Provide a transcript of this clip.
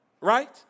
Right